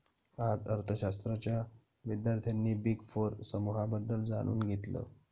आज अर्थशास्त्राच्या विद्यार्थ्यांनी बिग फोर समूहाबद्दल जाणून घेतलं